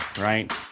right